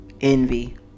envy